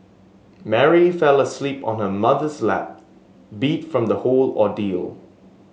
Mary fell asleep on her mother's lap beat from the whole ordeal